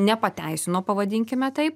nepateisino pavadinkime taip